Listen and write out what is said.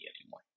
anymore